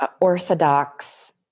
orthodox